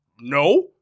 No